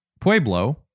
Pueblo